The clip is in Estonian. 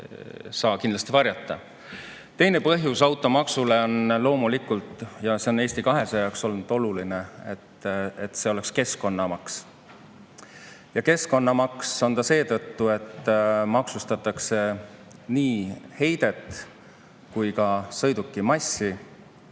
saa mingil juhul varjata. Teine automaksu põhjus on loomulikult see – ja see on Eesti 200 jaoks olnud oluline –, et see oleks keskkonnamaks. Ja keskkonnamaks on ta seetõttu, et maksustatakse nii heidet kui ka sõiduki massi,